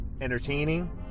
entertaining